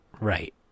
Right